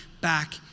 back